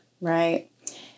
Right